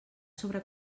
sobre